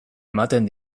ematen